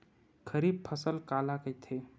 खरीफ फसल काला कहिथे?